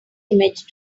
image